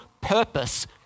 purpose